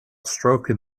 stroking